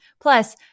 Plus